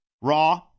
raw